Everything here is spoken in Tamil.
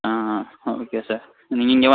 ஆ ஆ ஓகே சார் நீங்கள் வ